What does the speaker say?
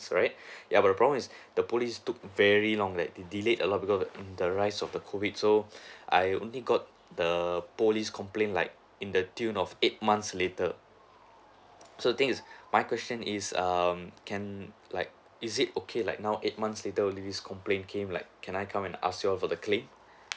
right ya but the problem is the police took very long like delayed a lot because um the rise of the COVID so I only got the police complain like in the tune of eight months later so thing is my question is um can like is it okay like now eight months later only this complain came like can I come and ask you all for the claim